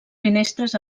finestres